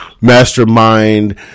mastermind